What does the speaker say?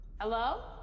Hello